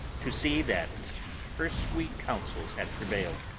to see that her sweeter counsels had prevailed.